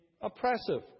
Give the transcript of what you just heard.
oppressive